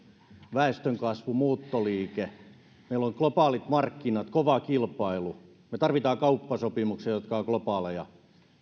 väestökasvu muuttoliike meillä on globaalit markkinat kova kilpailu me tarvitsemme kauppasopimuksia jotka ovat globaaleja